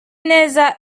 neza